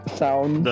sound